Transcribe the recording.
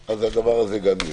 הדבר הזה גם ירד.